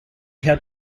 had